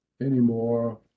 anymore